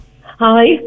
hi